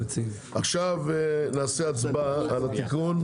נעשה הצבעה על התיקון.